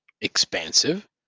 expansive